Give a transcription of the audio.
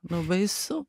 nu baisu